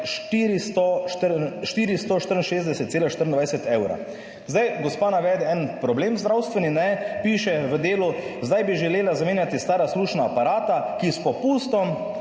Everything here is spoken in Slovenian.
464,24 evra.« Gospa navede en problem zdravstveni, piše v Delu: »Zdaj bi želela zamenjati stara slušna aparata, ki s popustom